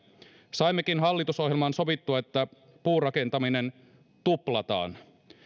saimmekin hallitusohjelmaan sovittua että puurakentaminen tuplataan